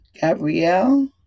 Gabrielle